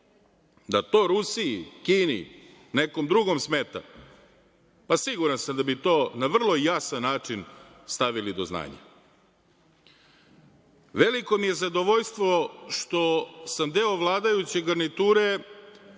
Da to Rusiji, Kini, nekom drugom smeta, pa siguran sam da bi to na vrlo jasan način stavili do znanja. Veliko mi je zadovoljstvo što sam deo vladajuće garniture,